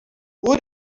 who